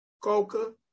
Coca